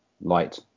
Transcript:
light